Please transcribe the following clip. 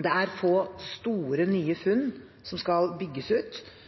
det er få store nye funn som skal bygges ut,